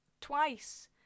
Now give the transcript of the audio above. twice